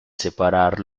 separar